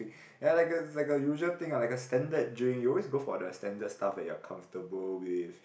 ya like a is like a usual thing ah like a standard drink you always go for the standard stuff that you are comfortable with